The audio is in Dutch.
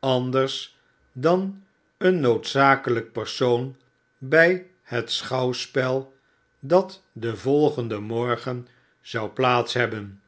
anders dan een noodzakelijk persoon bij het schouwspel dat den volgenden morgen zou plaats hebben